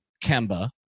Kemba